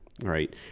Right